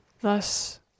Thus